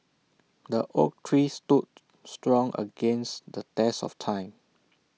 the oak tree stood strong against the test of time